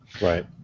Right